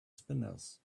spinners